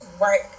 right